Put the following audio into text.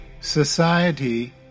society